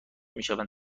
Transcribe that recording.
میشوند